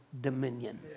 dominion